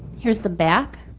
here's the back,